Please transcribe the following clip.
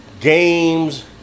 Games